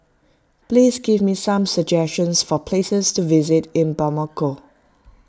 please give me some suggestions for places to visit in Bamako